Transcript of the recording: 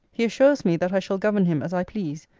he assures me, that i shall govern him as i please,